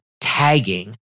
tagging